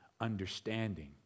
understanding